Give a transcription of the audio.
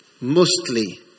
mostly